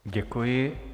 Děkuji.